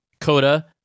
Coda